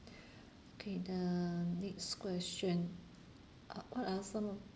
okay the next question uh what I also